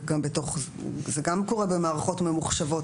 זה גם קורה במערכות ממוחשבות,